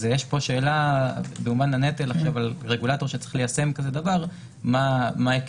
אז במובן של נטל על רגולטור שצריך ליישם כזה דבר יש שאלה מה היקף